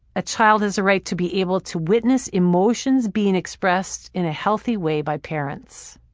a child has a right to be able to witness emotions being expressed in a healthy way by parents.